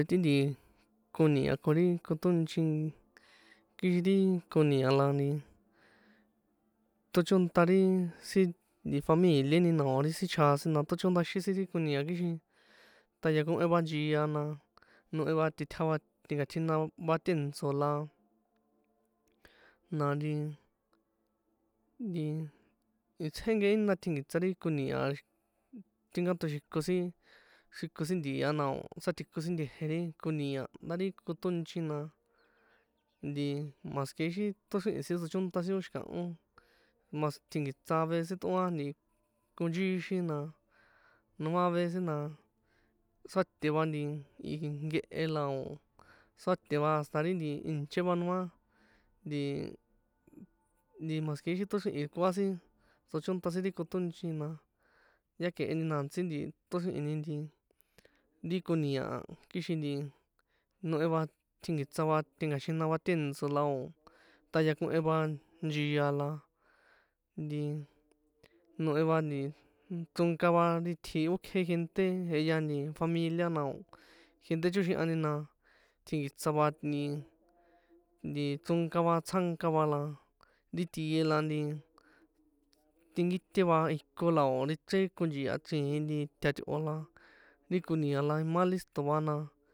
Nti ti koni̱a̱ ko ri kotónchi, kixin ri koni̱a̱ la ti tochónta ri sin ti familieni na o̱ ti sin chjasin na tochóndaxin sin ri koni̱a̱ kixin tꞌayakohen va nchia na, nohe va tꞌitja va tꞌenkachjina va tèntso̱ la, na nti nti itsje nkehe jína tjinki̱tsa ri koni̱a̱ a, tinkatoxiko sin xriko sin nti̱a nao sátji̱ko sin nte̱je̱ ri koni̱a̱, ndá ri kotónchi na ti más que ixi toxrihin sin tsochónta sin, ó xi̱kaho más tjinki̱tsa avece tꞌoan ti konchíxin na, noma avece na suàte va ti nkehe la o̱ suàte va hasta ri nti ìnché va, noma ti ti más que éxi toxrihin koa sin tsochónta sin ti kotónchi na, ya ke e ni na a̱ntsí ti toxríhini nti ri koni̱a̱ a, kixin nti nohe va tjinki̱tsa va tenkachjina va tèntso, la o̱ tꞌayakohen va nchia la nti nohe va nti chronka va ti itji okje jente jehya nti familia, na o̱ jente choxihñani na tjinki̱tsa va nti chronka va tsjánka va la ri tie la nti tꞌinkite va iko la o̱ ichren konchi̱a chriin tja̱tꞌo̱, la ri koni̱a̱ la imá listo va na.